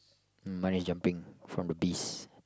mine is jumping from the bees